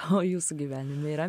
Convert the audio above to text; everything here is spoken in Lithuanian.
o jūsų gyvenime yra